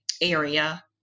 area